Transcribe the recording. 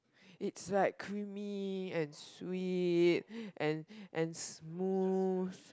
it's like creamy and sweet and and smooth